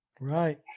Right